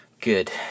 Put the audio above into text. Good